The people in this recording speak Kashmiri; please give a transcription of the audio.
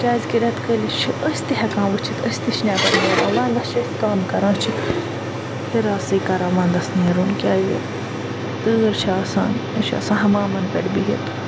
کیٛازِکہ رٮ۪تہٕ کٲلِس چھِ أسۍ تہِ ہٮ۪کان وٕچھِتھ أسۍ تہِ چھِ نٮ۪بَر نٮ۪ران وَندَس چھِ أسۍ کَم کران أسۍ چھِ ہِراسٕے کران وَنٛدَس نٮ۪رُن کیٛازِ تۭر چھِ آسان أسۍ چھِ آسان ہمامَن پٮ۪ٹھ بِہِتھ